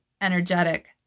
energetic